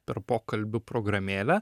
per pokalbių programėlę